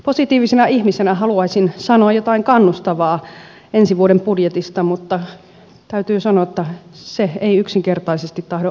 positiivisena ihmisenä haluaisin sanoa jotain kannustavaa ensi vuoden budjetista mutta täytyy sanoa että se ei yksinkertaisesti tahdo onnistua